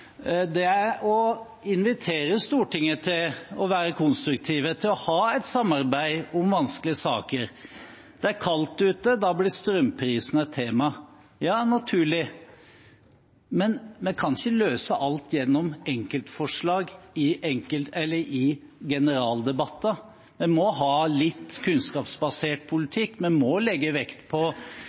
– er å invitere Stortinget til å være konstruktivt, til å ha et samarbeid om vanskelige saker. Det er kaldt ute, og da blir strømprisen et tema – naturlig nok. Men vi kan ikke løse alt gjennom enkeltforslag i generaldebatter. Vi må ha litt kunnskapsbasert politikk. Vi må legge vekt på